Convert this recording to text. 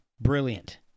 brilliant